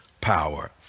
power